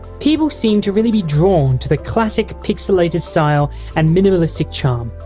people seemed to really be drawn to the classic pixellated style and minimalistic charm,